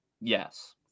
Yes